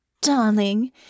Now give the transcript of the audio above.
Darling